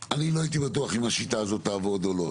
לא הייתי בטוח אם השיטה הזאת תעבוד או לא.